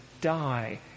die